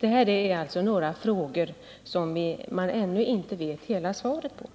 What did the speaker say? Det här är några frågor som man ännu inte vet hela svaret på.